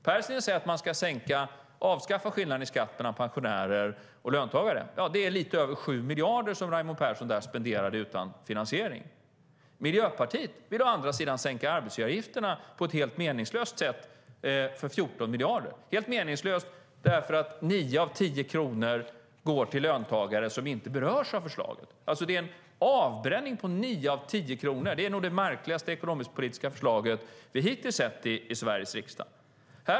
Pärssinen säger att man ska avskaffa skillnaden i skatt mellan pensionärer och löntagare. Där spenderar Raimo Pärssinen lite över 7 miljarder utan finansiering. Miljöpartiet vill å andra sidan på ett helt meningslöst sätt sänka arbetsgivaravgifterna med 14 miljarder. Det är meningslöst därför att 9 av 10 kronor går till löntagare som inte berörs av förslaget. Det är en avbränning på 9 av 10 kronor. Det är nog det märkligaste ekonomiskpolitiska förslag vi hittills sett i Sveriges riksdag.